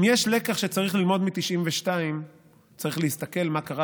אם יש לקח שצריך ללמוד מ-1992 הוא שצריך להסתכל מה שקרה